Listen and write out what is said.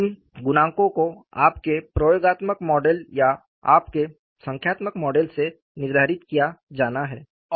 उन गुणांकों को आपके प्रयोगात्मक मॉडल या आपके संख्यात्मक मॉडल से निर्धारित किया जाना है